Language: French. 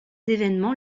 événements